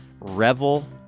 revel